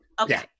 Okay